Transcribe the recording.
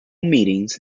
meetings